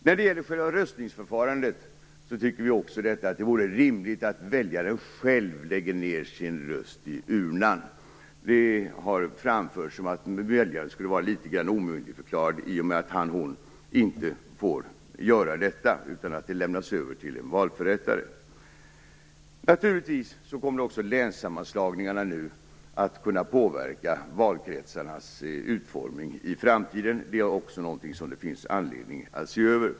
När det gäller själva röstningsförfarandet tycker vi att det vore rimligt att väljaren själv lägger ned sin röst i urnan. Det har framförts att väljaren skulle vara litet grand omyndigförklarad i och med att han/hon inte får göra detta utan det lämnas över till en valförrättare. Naturligtvis kommer länssammanslagningarna att kunna påverka valkretsarnas utformning i framtiden. Det är också något som det finns anledning att se över.